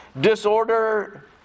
disorder